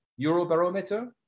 Eurobarometer